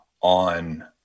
on